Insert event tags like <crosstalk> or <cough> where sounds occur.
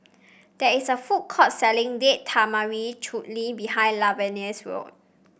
there is a food court selling Date Tamarind Chutney behind Lavenia's <unintelligible>